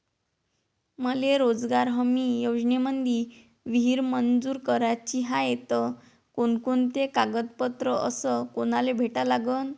मले रोजगार हमी योजनेमंदी विहीर मंजूर कराची हाये त कोनकोनते कागदपत्र अस कोनाले भेटा लागन?